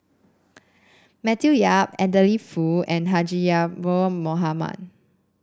Matthew Yap Adeline Foo and Haji Ya'acob Mohamed